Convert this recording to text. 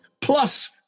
Plus